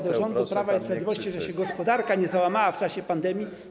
do rządu Prawa i Sprawiedliwości, że się gospodarka nie załamała w czasie pandemii.